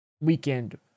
weekend